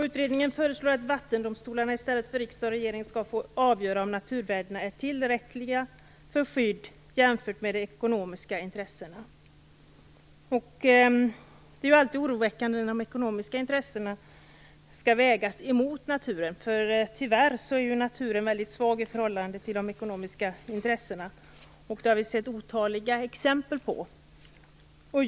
Utredningen föreslår att vattendomstolarna, i stället för riksdag och regering, skall få avgöra om naturvärdena är tillräckliga för skydd jämfört med de ekonomiska intressena. Det är alltid oroväckande när de ekonomiska intressena skall vägas emot naturen, för tyvärr är naturen väldigt svag i förhållande till de ekonomiska intressena. Det har vi sett otaliga exempel på.